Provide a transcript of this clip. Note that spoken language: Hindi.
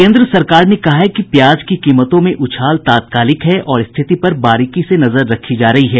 केन्द्र सरकार ने कहा है कि प्याज की कीमतों में उछाल तात्कालिक है और स्थिति पर बारीकी से नजर रखी जा रही है